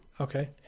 Okay